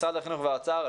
משרד החינוך והאוצר,